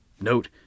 Note